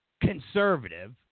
conservative